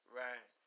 right